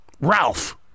Ralph